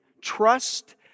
trust